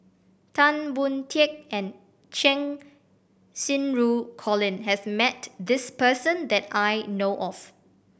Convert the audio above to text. Tan Boon Teik and Cheng Xinru Colin has met this person that I know of